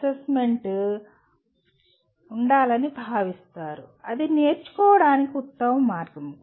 అది నేర్చుకోవడానికి ఉత్తమ మార్గం